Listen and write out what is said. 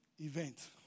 event